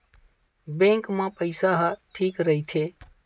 Bank मा पईसा ह ठीक राइथे?